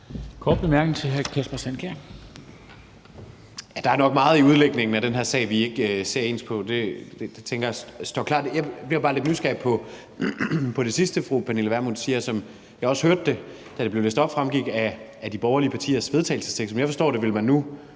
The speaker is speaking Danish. Der er nok meget i udlægningen af den her sag, vi ikke ser ens på. Det tænker jeg står klart. Jeg blev bare lidt nysgerrig på det sidste, fru Pernille Vermund sagde, og som også, som jeg hørte det, da det blev læst op, fremgår af de borgerlige partiers vedtagelsestekst.